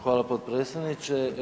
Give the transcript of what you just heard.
Hvala potpredsjedniče.